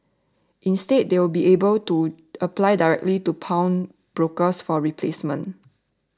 instead they will be able to apply directly to pawnbrokers for a replacement